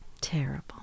Terrible